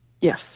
Yes